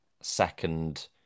second